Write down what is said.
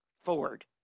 forward